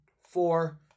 four